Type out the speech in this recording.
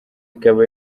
ikaba